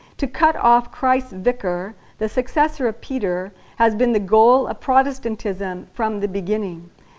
to cut off christ's vicar, the successor of peter, has been the goal of protestantism from the beginning.